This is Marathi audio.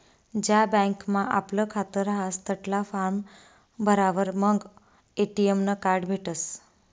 ज्या बँकमा आपलं खातं रहास तठला फार्म भरावर मंग ए.टी.एम नं कार्ड भेटसं